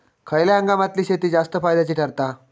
खयल्या हंगामातली शेती जास्त फायद्याची ठरता?